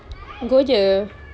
go jer